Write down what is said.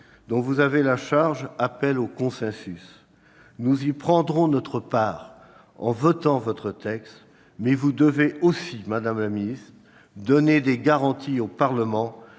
dont vous avez la charge appelle au consensus. Nous y prendrons notre part en votant votre texte, mais vous devez aussi donner des garanties au Parlement